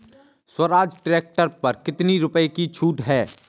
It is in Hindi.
स्वराज ट्रैक्टर पर कितनी रुपये की छूट है?